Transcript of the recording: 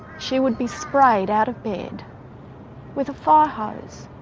she would be sprayed out of bed with a fire hose.